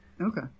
Okay